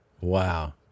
Wow